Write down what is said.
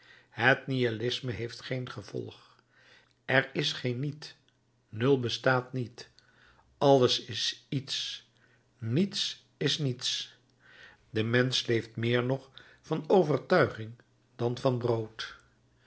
het nihilisme heeft geen gevolg er is geen niet nul bestaat niet alles is iets niets is niets de mensch leeft meer nog van overtuiging dan van brood